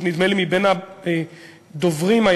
בין הדוברים,